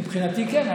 מבחינתי כן.